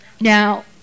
Now